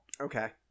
Okay